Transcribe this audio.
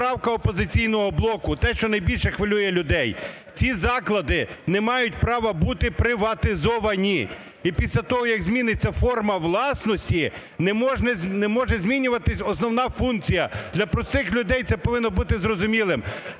поправка "Опозиційного блоку", те, що найбільше хвилює людей. Ці заклади не мають права бути приватизовані! І після того, як зміниться форма власності, не може змінюватися основна функція. Для цих людей це повинно бути зрозумілим.